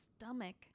stomach